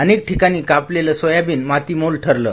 अनेक ठिकाणी कापलेले सोयाबीन मातीमोल ठरल